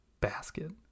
basket